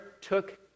took